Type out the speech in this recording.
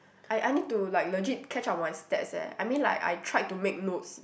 I I need to like legit catch up my stats eh I mean like I tried to make notes